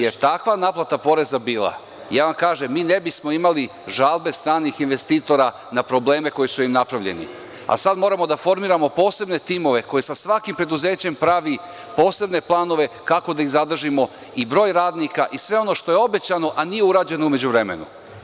Da li je takva naplata poreza bila, ja vam kažem, mi ne bismo imali žalbe stranih investitora na probleme koji su im napravljeni, a sada moramo da formiramo posebne timove koji sa svakim preduzećima prave posebne planove kako da ih zadržimo, i broj radnika i sve ono što je obećano, a nije urađeno u međuvremenu.